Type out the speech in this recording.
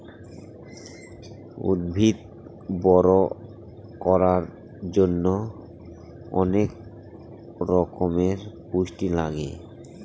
উদ্ভিদ বড়ো করার জন্য অনেক রকমের পুষ্টি লাগে